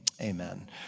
amen